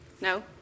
No